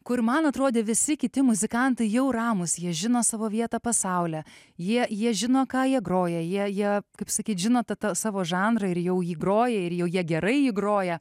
kur man atrodė visi kiti muzikantai jau ramūs jie žino savo vietą po saule jie jie žino ką jie groja jie jie kaip sakyt žino tą savo žanrą ir jau jį groja ir jau jie gerai jį groja